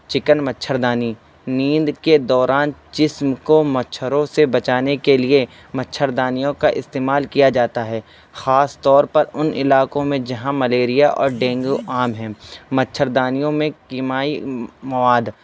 chicken مچھردانی نیند کے دوران جسم کو مچھروں سے بچانے کے لیے مچھردانیوں کا استعمال کیا جاتا ہے خاص طور پر ان علاقوں میں جہاں ملیریا اور ڈینگو عام ہیں مچھردانیوں میں کیمیائی مواد